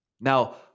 Now